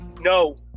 No